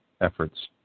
efforts